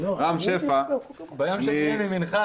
רם שפע --- ביום שאני אהיה מימינך,